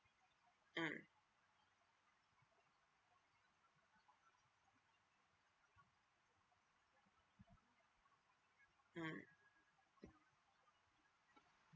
mm